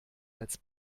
als